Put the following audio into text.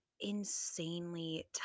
insanely